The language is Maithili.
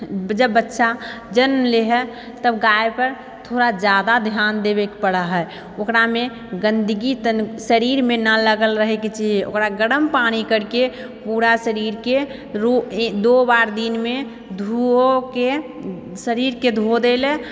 जब बच्चा जन्म लै है तब गायपर थोड़ा जादा ध्यान देवेके पड़ै है ओकरामे गन्दगी शरीरमे ना लगल रहैके चाहियै ओकरा गरम पानि करिके पूरा शरीरके दो बार दिनमे धोवैके शरीरके धो दै ला